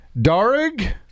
Darig